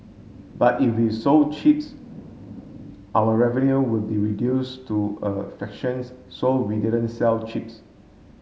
but if we sold chips our revenue would be reduce to a fractions so we didn't sell chips